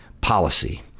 policy